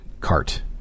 cart